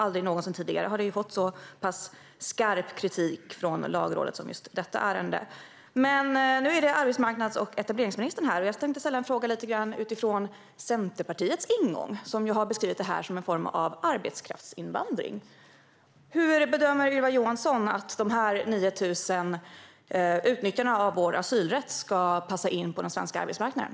Aldrig någonsin tidigare har ett ärende fått så skarp kritik från Lagrådet som just detta. Men nu är det arbetsmarknads och etableringsministern som är här. Jag tänkte ställa en fråga med Centerpartiets ingång. De har beskrivit det här som en form av arbetskraftsinvandring. Hur bedömer Ylva Johansson att de här 9 000 utnyttjarna av vår asylrätt ska passa in på den svenska arbetsmarknaden?